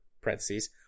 parentheses